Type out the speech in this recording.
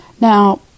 Now